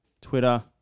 Twitter